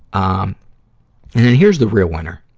um and then here's the real winner.